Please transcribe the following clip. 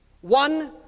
One